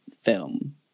film